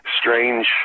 strange